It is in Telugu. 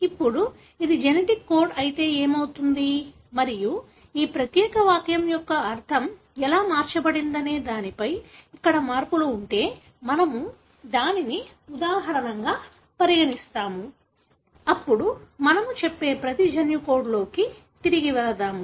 ఇప్పుడు ఇది జెనెటిక్ కోడ్ అయితే ఏమవుతుంది మరియు ఈ ప్రత్యేక వాక్యం యొక్క అర్థం ఎలా మార్చబడిందనే దానిపై ఇక్కడ మార్పులు ఉంటే మేము దానిని ఉదాహరణగా పరిగణిస్తాము అప్పుడు మనము చెప్పే ప్రతి జన్యు కోడ్లో కి తిరిగి వెళదాము